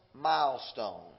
milestone